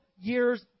years